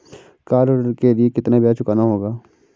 Car ऋण के लिए कितना ब्याज चुकाना होगा?